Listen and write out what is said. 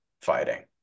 fighting